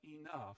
enough